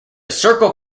circle